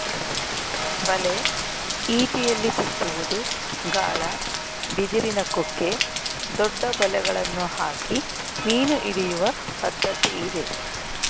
ಬಲೆ, ಇಟಿಯಲ್ಲಿ ಚುಚ್ಚುವುದು, ಗಾಳ, ಬಿದಿರಿನ ಕುಕ್ಕೆ, ದೊಡ್ಡ ಬಲೆಗಳನ್ನು ಹಾಕಿ ಮೀನು ಹಿಡಿಯುವ ಪದ್ಧತಿ ಇದೆ